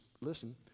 listen